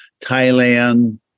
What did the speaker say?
Thailand